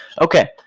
Okay